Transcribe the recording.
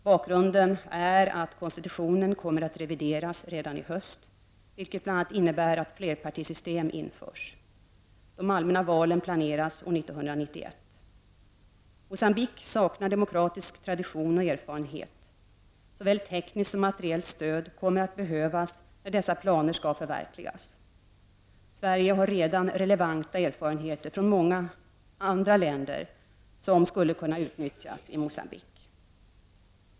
Bakgrunden är att konstitutionen kommer att revideras redan i höst, vilket bl.a. innebär att flerpartisystem införs. De allmänna valen planeras för år 1991. Moçambique saknar demokratisk tradition och erfarenheter. Såväl tekniskt som materiellt stöd kommer att behövas när dessa planer skall förverkligas. Sverige har redan relevanta erfarenheter från andra länder som skulle kunna utnyttjas i Moçambique.